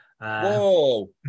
Whoa